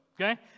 okay